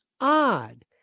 odd